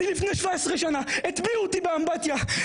הטביעו אותי באמבטיה,